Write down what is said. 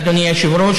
אדוני היושב-ראש,